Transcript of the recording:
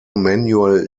manual